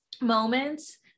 moments